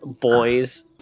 boys